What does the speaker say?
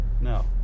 no